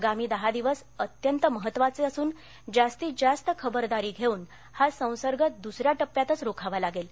आगामी दहा दिवस अत्यंत महत्वाचे असून जास्तीत जास्त खबरदारी घेऊन हा संसर्ग दूसऱ्या टप्प्यातच रोखावा लागेल